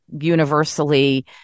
universally